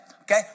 okay